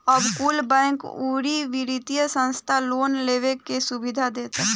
अब कुल बैंक, अउरी वित्तिय संस्था लोन लेवे के सुविधा देता